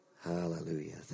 Hallelujah